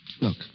Look